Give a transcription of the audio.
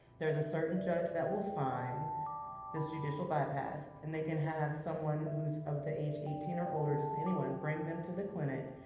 there's a certain judge that will sign this judicial bypass, and they can have someone who's of the age eighteen or older, just anyone, bring them into the clinic,